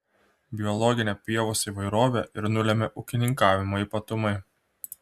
biologinę pievos įvairovę ir nulemia ūkininkavimo ypatumai